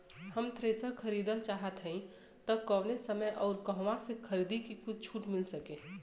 हम थ्रेसर खरीदल चाहत हइं त कवने समय अउर कहवा से खरीदी की कुछ छूट मिल सके?